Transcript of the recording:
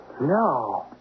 No